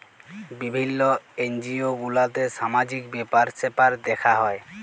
বিভিল্য এনজিও গুলাতে সামাজিক ব্যাপার স্যাপার দ্যেখা হ্যয়